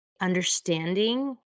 understanding